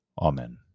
Amen